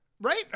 right